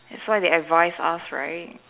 that's why they advise us right